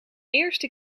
eerste